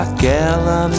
Aquela